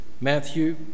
Matthew